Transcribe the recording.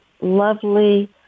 lovely